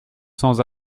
sans